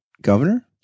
governor